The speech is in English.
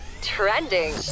trending